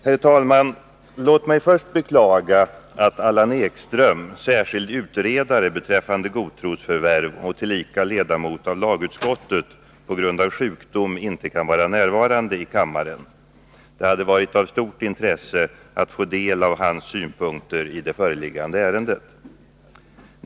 Herr talman! Låt mig först beklaga att Allan Ekström, särskild utredare beträffande godtrosförvärv och tillika ledamot av lagutskottet, på grund av sjukdom inte kan vara närvarande i kammaren. Det hade varit av stort intresse att få del av hans synpunkter i det föreliggande ärendet.